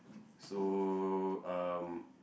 so um